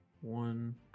one